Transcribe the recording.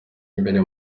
imbere